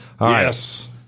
Yes